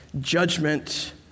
judgment